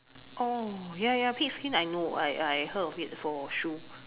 oh ya ya pig skin I know I I heard of it for shoe